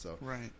Right